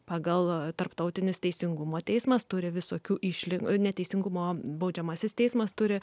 pagal tarptautinis teisingumo teismas turi visokių išly ne teisingumo baudžiamasis teismas turi